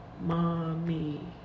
mommy